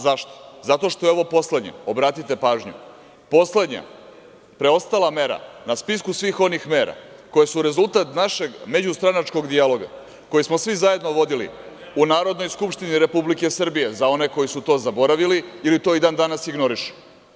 Zato što je ovo poslednja preostala mera, obratite pažnju, na spisku svih onih mera koje su rezultat našeg međustranačkog dijaloga koji smo svi zajedno vodili u Narodnoj skupštini Republike Srbije za one koji su to zaboravili ili to i dan danas ignorišu.